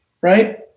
right